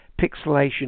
pixelation